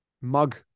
mug